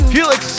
Felix